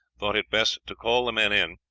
thought it best to call the men in,